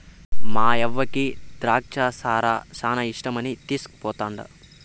మాయవ్వకి ద్రాచ్చ సారా శానా ఇష్టమని తీస్కుపోతండా